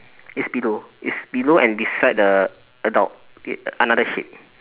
it's below it's below and beside the adult a~ another sheep